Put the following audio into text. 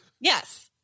Yes